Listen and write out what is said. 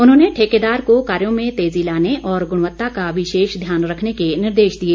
उन्होंने ठेकेदार को कार्यो में तेजी लाने और गुणवत्ता का विशेष ध्यान रखने के निर्देश दिए